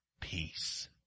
peace